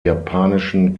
japanischen